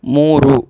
ಮೂರು